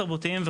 תרבותיים,